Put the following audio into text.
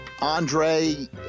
Andre